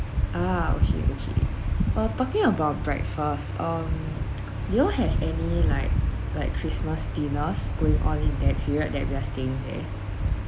ah okay okay uh talking about breakfast um do you have any like like christmas dinners going on in that period that we are staying there